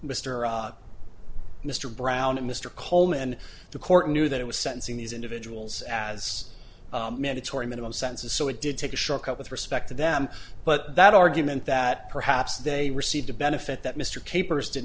or mr brown and mr coleman the court knew that it was sensing these individuals as mandatory minimum sentences so it did take a shortcut with respect to them but that argument that perhaps they received a benefit that mr capers did